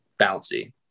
bouncy